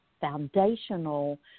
foundational